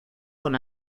con